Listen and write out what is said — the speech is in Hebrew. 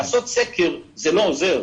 לעשות סקר לא עוזר,